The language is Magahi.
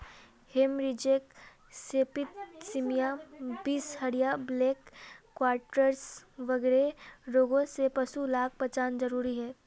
हेमरेजिक सेप्तिस्मिया, बीसहरिया, ब्लैक क्वार्टरस वगैरह रोगों से पशु लाक बचाना ज़रूरी छे